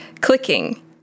clicking